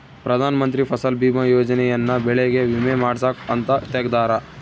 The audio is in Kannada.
ಪ್ರಧಾನ ಮಂತ್ರಿ ಫಸಲ್ ಬಿಮಾ ಯೋಜನೆ ಯನ್ನ ಬೆಳೆಗೆ ವಿಮೆ ಮಾಡ್ಸಾಕ್ ಅಂತ ತೆಗ್ದಾರ